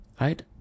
Right